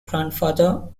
grandfather